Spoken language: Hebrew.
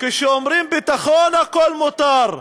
כשאומרים "ביטחון", הכול מותר: